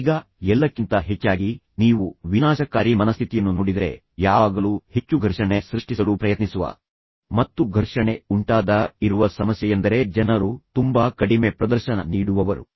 ಈಗ ಎಲ್ಲಕ್ಕಿಂತ ಹೆಚ್ಚಾಗಿ ನೀವು ವಿನಾಶಕಾರಿ ಮನಸ್ಥಿತಿಯನ್ನು ನೋಡಿದರೆ ಯಾವಾಗಲೂ ಹೆಚ್ಚು ಘರ್ಷಣೆ ಸೃಷ್ಟಿಸಲು ಪ್ರಯತ್ನಿಸುವ ಮತ್ತು ಘರ್ಷಣೆ ಉಂಟಾದಾಗ ಇರುವ ಸಮಸ್ಯೆಯೆಂದರೆ ಜನರು ತುಂಬಾ ಕಡಿಮೆ ಪ್ರದರ್ಶನ ನೀಡುವವರು